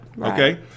Okay